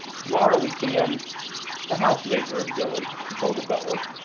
tomorrow we can the housemaid's room, billy, she told the butler.